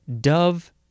dove